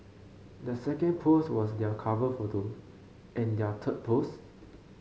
their second post was their cover photo and their third post